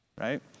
right